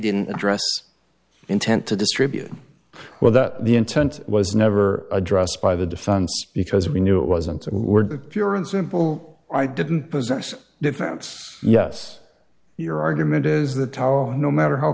didn't address intent to distribute well that the intent was never addressed by the defense because we knew it wasn't were pure and simple i didn't possess defense yes your argument is the towel no matter how